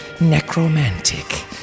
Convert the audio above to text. necromantic